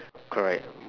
correct